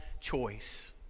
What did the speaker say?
choice